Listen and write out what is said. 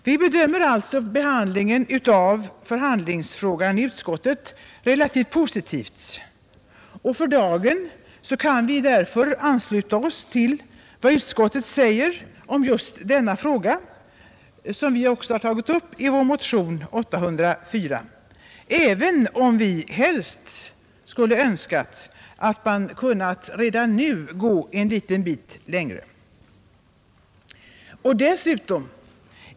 Vi bedömer alltså behandlingen av förhandlingsfrågan i utskottet relativt positivt, och för dagen kan vi därför ansluta oss till vad utskottet säger om just denna fråga, som vi också tagit upp i vår motion nr 804, även om vi helst skulle önskat att man redan nu kunnat gå en liten bit längre.